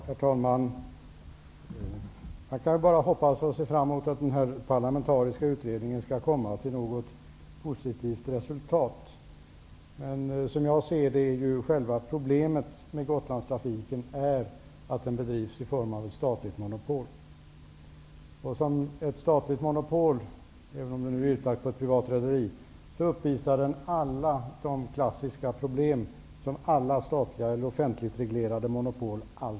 Herr talman! Jag kan bara hoppas och se fram emot att den här parlamentariska utredningen skall komma till något positivt resultat. Själva problemet med Gotlandstrafiken är att den bedrivs i form av ett statligt monopol. Som ett statligt monopol, även om den är utlagd på ett privat rederi, uppvisar den alla de klassiska problem som alla statliga eller offentligt reglerade monopol uppvisar.